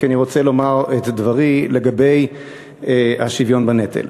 כי אני רוצה לומר את דברי לגבי השוויון בנטל.